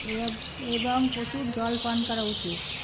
এবং প্রচুর জল পান করা উচিত